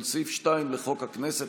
ולסעיף 2 לחוק הכנסת,